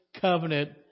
covenant